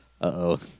Uh-oh